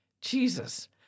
Jesus